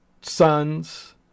sons